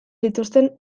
zituzten